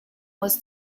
was